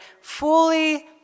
fully